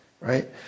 right